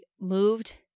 moved